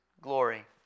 glory